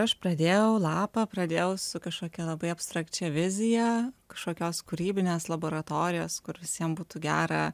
aš pradėjau lapą pradėjau su kažkokia labai abstrakčia vizija kažkokios kūrybinės laboratorijos kur visiem būtų gera